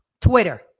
Twitter